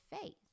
faith